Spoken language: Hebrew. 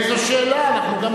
יש פה דמוקרטיה.